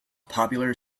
popular